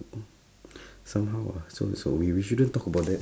somehow ah so so we we shouldn't talk about that